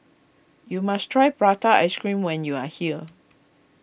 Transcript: you must try Prata Ice Cream when you are here